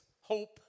hope